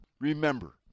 Remember